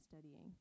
studying